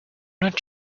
not